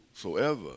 Soever